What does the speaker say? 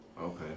Okay